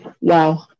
Wow